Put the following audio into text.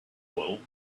wool